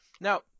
Now